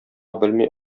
белми